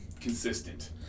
consistent